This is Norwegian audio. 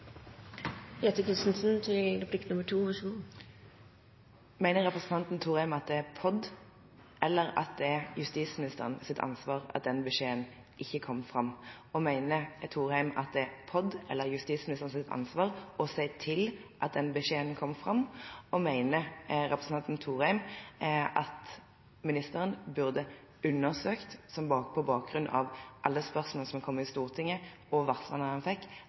representanten Thorheim at det er PODs eller justisministerens ansvar at den beskjeden ikke kom fram? Mener Thorheim at det er PODs eller justisministerens ansvar å se til at den beskjeden kommer fram? Mener representanten Thorheim at ministeren burde ha undersøkt, på bakgrunn av alle spørsmålene som kom i Stortinget og varslene han fikk,